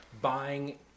buying